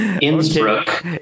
Innsbruck